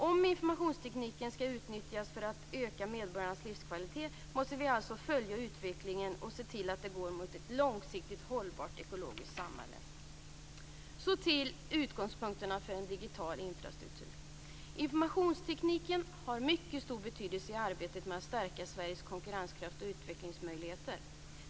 Om informationstekniken skall utnyttjas för att öka medborgarnas livskvalitet, måste vi följa utvecklingen och se till att det går mot ett långsiktigt ekologiskt hållbart samhälle. Så till utgångspunkterna för en digital infrastruktur. Informationstekniken har mycket stor betydelse i arbetet med att stärka Sveriges konkurrenskraft och utvecklingsmöjligheter.